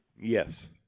Yes